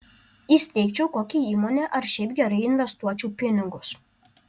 įsteigčiau kokią įmonę ar šiaip gerai investuočiau pinigus